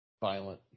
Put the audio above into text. violent